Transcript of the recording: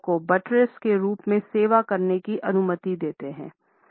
buttress के रूप में सेवा करने की अनुमति देते है